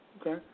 Okay